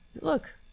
Look